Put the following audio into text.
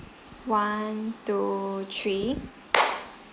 one two three